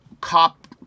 cop